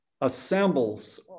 assembles